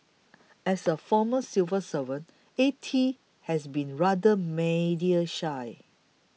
as a former civil servant A T has been rather media shy